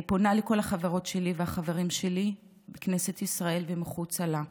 אני פונה לכל החברות והחברים שלי בכנסת ישראל ומחוצה לה: